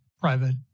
private